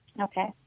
Okay